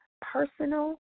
personal